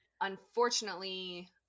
unfortunately